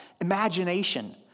imagination